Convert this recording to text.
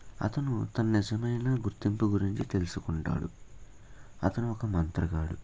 అతను తన నిజమైన గుర్తింపు గురించి తెలుసుకుంటాడు అతను ఒక మంత్రగాడు